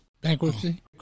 Bankruptcy